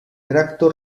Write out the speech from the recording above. tracto